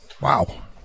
Wow